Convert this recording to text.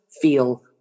feel